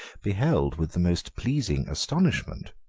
beheld, with the most pleasing astonishment,